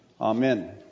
Amen